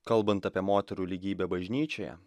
kalbant apie moterų lygybę bažnyčioje